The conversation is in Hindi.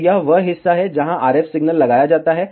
तो यह वह हिस्सा है जहां RF सिग्नल लगाया जाता है